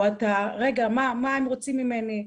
מה הם רוצים ממני?